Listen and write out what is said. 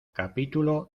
capítulo